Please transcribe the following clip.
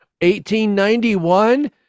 1891